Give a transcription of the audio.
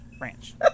Ranch